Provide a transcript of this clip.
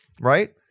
right